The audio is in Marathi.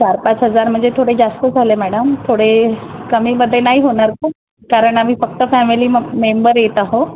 चार पाच हजार म्हणजे थोडे जास्त झाले मॅडम थोडे कमीमध्ये नाही होणार का कारण आम्ही फक्त फॅमिली म मेंबर येत आहो